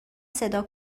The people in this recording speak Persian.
صدا